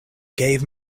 gave